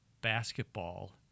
basketball